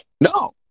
no